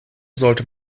sollte